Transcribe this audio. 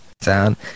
sound